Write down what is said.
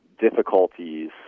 difficulties